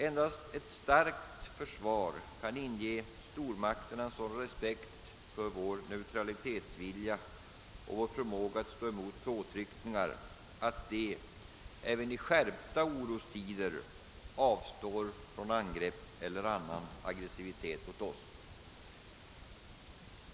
Endast ett starkt försvar kan inge stormakterna en sådan respekt för vår neutralitetsvilja och för vår förmåga att stå emot påtryckningar att de, även i svåra orostider, avstår från angrepp eller annan aggressivitet mot oss.